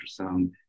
ultrasound